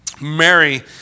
Mary